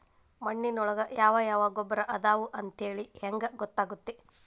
ಮಣ್ಣಿನೊಳಗೆ ಯಾವ ಯಾವ ಗೊಬ್ಬರ ಅದಾವ ಅಂತೇಳಿ ಹೆಂಗ್ ಗೊತ್ತಾಗುತ್ತೆ?